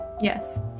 Yes